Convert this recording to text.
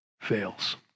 fails